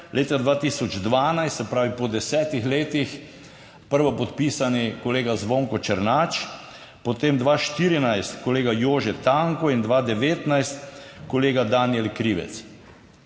leta 2012, se pravi po desetih letih, prvopodpisani kolega Zvonko Černač, potem 2014 kolega Jože Tanko in 2019 kolega Danijel Krivec.